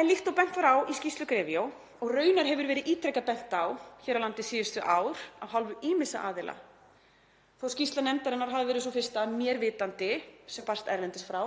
En líkt og bent var á í skýrslu GREVIO, og raunar hefur verið ítrekað bent á það hér á landi síðustu ár af hálfu ýmissa aðila, þótt skýrsla nefndarinnar hafi verið sú fyrsta að mér vitandi sem barst erlendis frá,